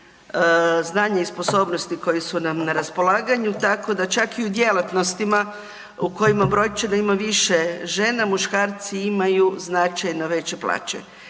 znanja i sposobnosti koje su nam na raspolaganju tako da čak i u djelatnostima u kojima brojčano ima više žena muškarci imaju značajno veće plaće.